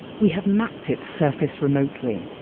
we have mapped its surface remotely,